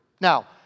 Now